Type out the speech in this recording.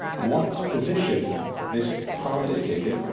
what position this parliament is taking,